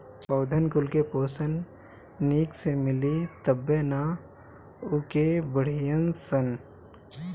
पौधन कुल के पोषन निक से मिली तबे नअ उ के बढ़ीयन सन